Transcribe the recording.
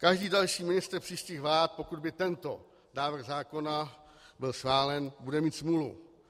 Každý další ministr příštích vlád, pokud by tento návrh zákona byl schválen, bude mít smůlu.